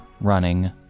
running